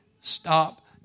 stop